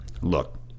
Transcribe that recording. Look